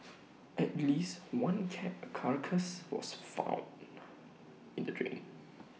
at least one cat A carcass was found in the drain